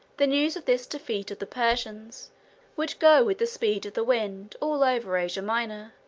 the news of this defeat of the persians would go with the speed of the wind all over asia minor,